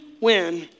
win